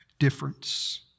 difference